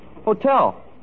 Hotel